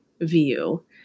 view